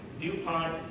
DuPont